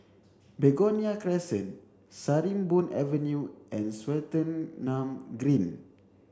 Begonia Crescent Sarimbun Avenue and Swettenham Green